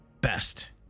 best